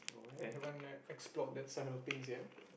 I haven't e~ explored that side of things yet